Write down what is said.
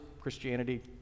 Christianity